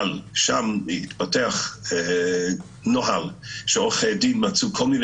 אבל שם התפתח נוהל שעורכי דין מצאו כל מיני